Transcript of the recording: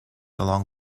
along